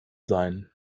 sein